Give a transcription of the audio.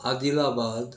عادل آباد